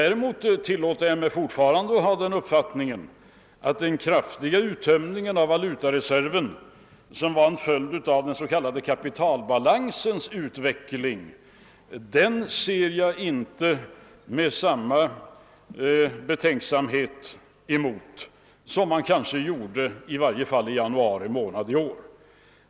Däremot tillåter jag mig fortfarande ha den uppfattningen att den kraftiga uttömningen av valutareserven, som var en följd av den s.k. kapitalbalansens utveckling, inte är lika betänklig nu som man kanske tyckte i varje fall i januari.